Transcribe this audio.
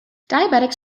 diabetics